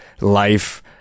life